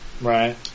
Right